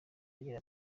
agira